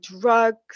drugs